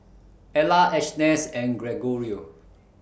Ela Agness and Gregorio